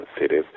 cities